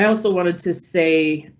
also wanted to say